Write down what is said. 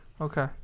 Okay